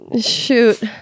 Shoot